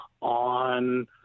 on